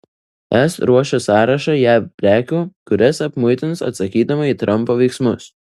es ruošia sąrašą jav prekių kurias apmuitins atsakydama į trampo veiksmus